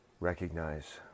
recognize